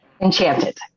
Enchanted